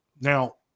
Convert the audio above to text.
Now